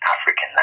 African